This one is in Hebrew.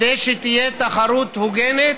כדי שתהיה תחרות הוגנת,